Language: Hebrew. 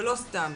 ולא סתם,